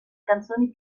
canzoni